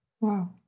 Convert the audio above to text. Wow